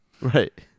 right